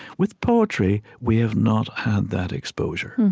with poetry, we have not had that exposure.